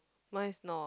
mine is not